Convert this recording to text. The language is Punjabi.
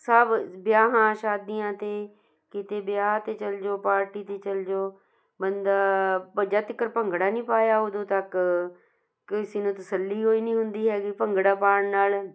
ਸਭ ਵਿਆਹਾਂ ਸ਼ਾਦੀਆਂ 'ਤੇ ਕਿਤੇ ਵਿਆਹ 'ਤੇ ਚਲ ਜਾਓ ਪਾਰਟੀ 'ਤੇ ਚਲ ਜਾਓ ਬੰਦਾ ਜਦ ਤੀਕਰ ਭੰਗੜਾ ਨਹੀਂ ਪਾਇਆ ਉਦੋਂ ਤੱਕ ਕਿਸੇ ਨੂੰ ਤਸੱਲੀ ਹੋਈ ਨਹੀਂ ਹੁੰਦੀ ਹੈਗੀ ਭੰਗੜਾ ਪਾਉਣ ਨਾਲ